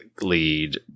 lead